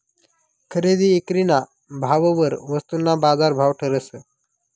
खरेदी ईक्रीना भाववर वस्तूना बाजारभाव ठरस